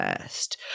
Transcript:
first